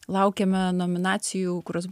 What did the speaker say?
laukiame nominacijų kurios